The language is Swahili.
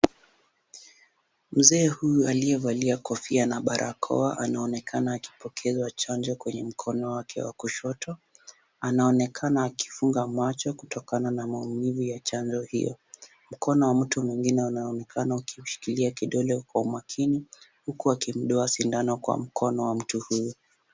Mzee huyu aliyevalia kofia na barakoa anaonekana akipokea chanjo kwenye mkono wake wa kushoto. Anaonekana kupunga macho Kutokana na maumivu ya chanjo hiyo. Mkono wa mtu mwengine unaonekana kushikilia kidole kwa makini huku akimdunga sindano kwa mkono wa mtu huyo.